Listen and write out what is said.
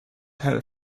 had